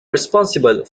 responsible